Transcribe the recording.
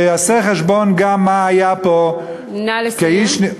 שיעשה חשבון גם מה היה פה, נא לסיים.